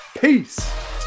peace